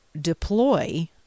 deploy